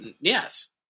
yes